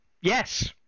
Yes